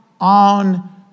on